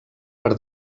per